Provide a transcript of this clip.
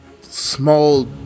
small